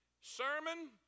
sermon